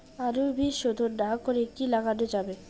আলুর বীজ শোধন না করে কি লাগানো যাবে?